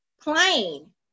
plain